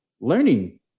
learning